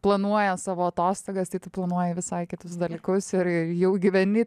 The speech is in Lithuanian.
planuoja savo atostogas planuoji visai kitus dalykus ir jau gyveni